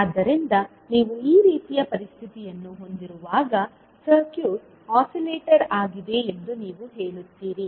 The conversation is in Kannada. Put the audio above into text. ಆದ್ದರಿಂದ ನೀವು ಈ ರೀತಿಯ ಪರಿಸ್ಥಿತಿಯನ್ನು ಹೊಂದಿರುವಾಗ ಸರ್ಕ್ಯೂಟ್ ಆಸಿಲೇಟರ್ ಆಗಿದೆ ಎಂದು ನೀವು ಹೇಳುತ್ತೀರಿ